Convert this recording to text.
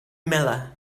miller